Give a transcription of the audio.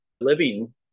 living